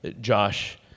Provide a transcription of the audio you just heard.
Josh